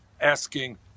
asking